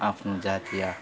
आफ्नो जातीय